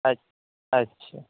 اچھا اچھا